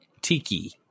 tiki